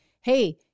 hey